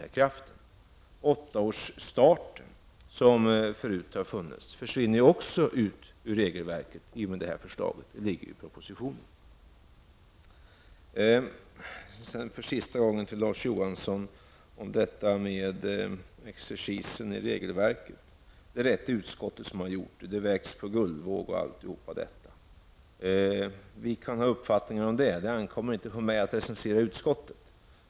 Skolstarten vid åtta års ålder, som fanns tidigare, försvinner också ut ur regelverket i och med detta förslag. Det föreslås i propositionen. För sista gången vänder jag mig till Larz Johansson angående exercisen i regelverket, vad utskottet har gjort och att allt vägs på guldvåg osv. Vi kan ha olika uppfattningar om detta. Men det ankommer inte på mig att recensera utskottet.